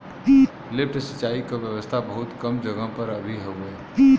lift सिंचाई क व्यवस्था बहुत कम जगह पर अभी हउवे